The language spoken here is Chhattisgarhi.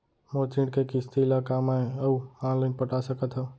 मोर ऋण के किसती ला का मैं अऊ लाइन पटा सकत हव?